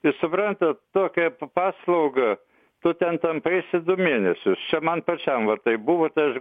ir suprantat tokią paslaugą tu ten tampaisi du mėnesius čia man pačiam va taip buvo tai aš